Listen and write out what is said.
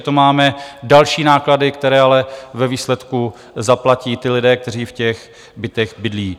To máme další náklady, které ale ve výsledku zaplatí lidé, kteří v těch bytech bydlí.